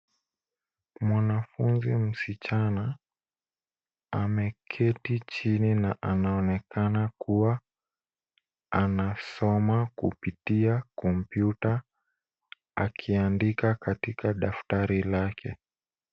Mwanafunzi msichana ameketi chini na anaonekana kuwa anasoma kupitia kompyuta akiandika katika daftari lake.